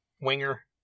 Winger